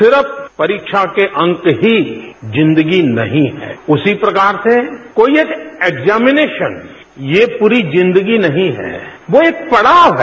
सिर्फ परीक्षा के अंक ही जिंदगी नहीं है उसी प्रकार से कोई एक एक्जामिनेशन ये पूरी जिंदगी नहीं है वो एक पड़ाव है